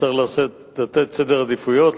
וצריך לתת סדר עדיפויות.